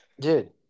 Dude